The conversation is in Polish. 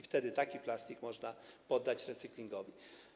Wtedy zebrany plastik można poddać recyklingowi.